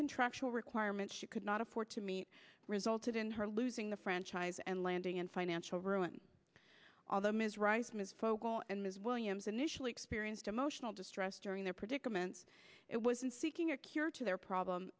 contractual requirement she could not afford to meet resulted in her losing the franchise and landing in financial ruin although ms rice ms fogle and ms williams initially experienced emotional distress during their predicaments it was in seeking a cure to their problem